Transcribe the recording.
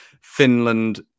Finland